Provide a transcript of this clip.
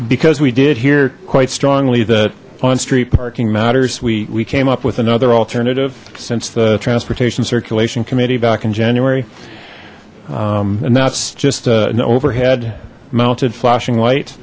because we did hear quite strongly that on street parking matters we we came up with another alternative since the transportation circulation committee back in january and that's just an over head mounted flashing light